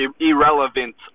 irrelevant